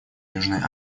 южной